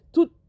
Tout